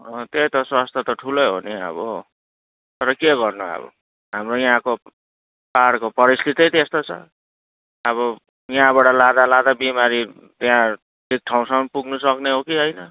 त्यही त स्वास्थ्य त ठुलै हो नि अब तर के गर्नु अब हाम्रो यहाँको पाहाडको परिस्थिति नै त्यस्तो छ अब यहाँबाट लाँदा लाँदा बिमारी त्यहाँ त्यो ठाउँसम्म पुग्नु सक्ने हो कि होइन